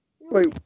Wait